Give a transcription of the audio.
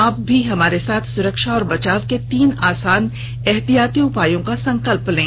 आप भी हमारे साथ सुरक्षा और बचाव के तीन आसान एहतियाती उपायों का संकल्प लें